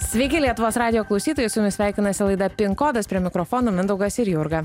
sveiki lietuvos radijo klausytojai su jumis sveikinasi laida pin kodas prie mikrofono mindaugas ir jurga